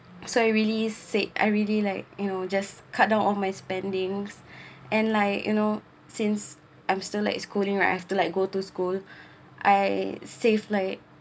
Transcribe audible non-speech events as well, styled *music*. so it really said I really like you know just cut down all my spendings *breath* and like you know since I'm still like schooling like after like I go to school *breath* I save like